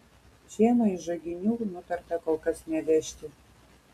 šieno iš žaginių nutarta kol kas nevežti